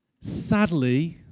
Sadly